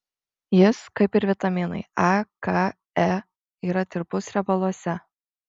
jis kaip ir vitaminai a k e yra tirpus riebaluose